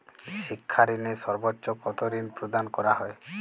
শিক্ষা ঋণে সর্বোচ্চ কতো ঋণ প্রদান করা হয়?